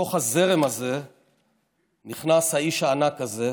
לתוך הזרם הזה נכנס האיש הענק הזה,